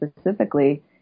specifically